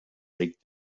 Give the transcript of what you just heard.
regt